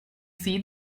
see